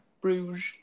Bruges